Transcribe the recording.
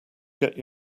get